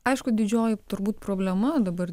aišku didžioji turbūt problema dabar